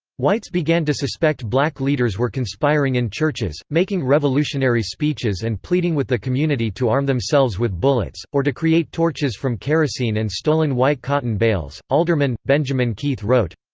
whites began to suspect black leaders were conspiring in churches, making revolutionary speeches and pleading with the community to arm themselves with bullets, or to create torches from kerosene and stolen white cotton bales alderman, benjamin keith wrote.